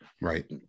Right